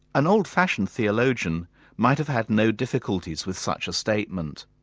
an old fashioned theologian might have had no difficulties with such a statement.